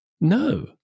No